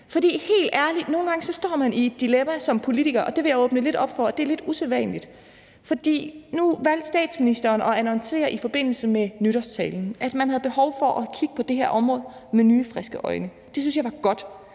er derfor. For nogle gange står man helt ærligt i et dilemma som politiker, og det vil jeg åbne lidt op for, og det er lidt usædvanligt. Nu valgte statsministeren i forbindelse med nytårstalen at annoncere, at man har behov for at kigge på det her område med nye friske øjne. Det syntes jeg var godt,